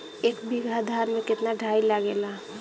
एक बीगहा धान में केतना डाई लागेला?